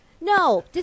No